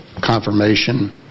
confirmation